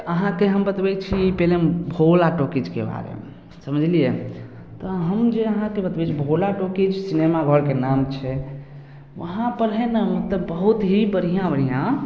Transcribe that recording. अहाँके हम बतबै छी पहिले हम भोला टाॅकिजके बारेमे समझलियै तऽ हम जे अहाँके बतबै छी भोला टाॅकिज सिनेमाघरके नाम छै वहाँ पर हइ ने मतलब बहुत ही बढ़िऑं बढ़िऑं